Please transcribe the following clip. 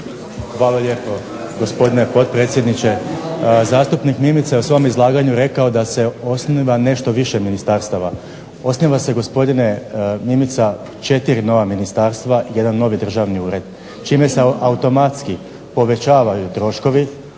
Hvala lijepo gospodine potpredsjedniče. Zastupnik Mimica je u svom izlaganju rekao da se osniva nešto više ministarstava. Osniva se gospodine Mimica 4 nova ministarstva i 1 novi državni ured, čime se automatski povećavaju troškovi,